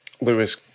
Lewis